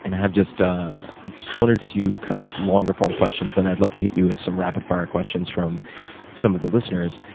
and have just just one or two kind of longer form questions, then i'd love to hit you with some rapid fire questions from some of the listeners.